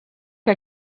que